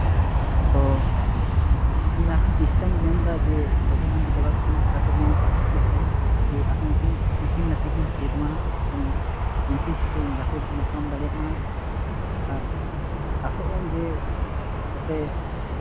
ᱛᱚ ᱤᱧ ᱟᱨᱦᱚᱸ ᱪᱮᱥᱴᱟᱧ ᱢᱮᱱᱫᱟ ᱡᱮ ᱥᱟ ᱫᱷᱩ ᱢᱟᱱᱰᱤ ᱫᱟᱫᱟ ᱛᱟᱹᱠᱤᱱᱟᱜ ᱜᱟᱛᱮᱜ ᱧᱮᱞ ᱠᱷᱟᱹᱛᱤᱨ ᱛᱮ ᱡᱮ ᱟᱨᱦᱚᱸ ᱩᱱᱠᱤᱱ ᱩᱱᱠᱤᱱ ᱞᱮᱠᱟ ᱤᱧ ᱦᱚᱧ ᱪᱮᱫ ᱢᱟ ᱥᱮ ᱩᱱᱠᱤᱱ ᱥᱟᱶᱛᱮ ᱜᱟᱛᱮ ᱧᱟᱯᱟᱢ ᱫᱟᱲᱮᱭᱟᱜ ᱢᱟ ᱟᱨ ᱟᱥᱚᱜ ᱟᱹᱧ ᱡᱮ ᱡᱟᱛᱮ